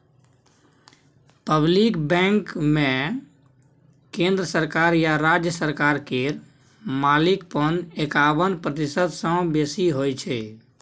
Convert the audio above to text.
public बैंकमे केंद्र सरकार या राज्य सरकार केर मालिकपन एकाबन प्रतिशत सँ बेसी होइ छै